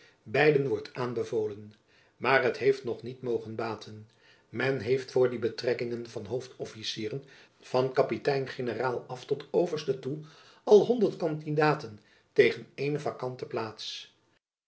beiden wordt aanbevolen maar het heeft nog niet mogen baten men heeft voor die betrekkingen van hoofd officieren van kapitein generaal af tot overste toe al honderd kandidaten tegen eene vakante plaats